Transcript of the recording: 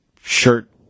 shirt